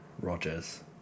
Rogers